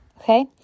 Okay